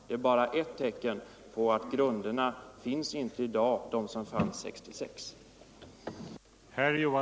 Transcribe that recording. Det är bara ett tecken på att de grunder som fanns för avtalet 1966 inte finns i dag.